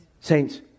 Saints